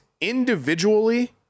individually